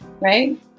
Right